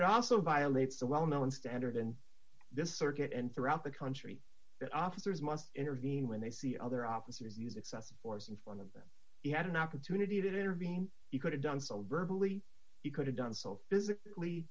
it also violates the well known standard in this circuit and throughout the country that officers must intervene when they see other officers use excessive force in front of them he had an opportunity to intervene he could have done so virtually he could have done so physically